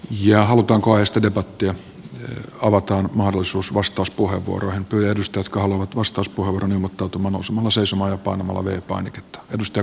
ja halutaanko estä debattia avataan mahdollisuus vastauspuheenvuorojen kirjoitusten skaalan vastauspuhe muuttuu tumma nousemalla seisomaan on valve arvoisa puhemies